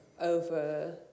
over